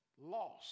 lost